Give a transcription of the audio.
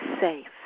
safe